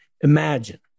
imagine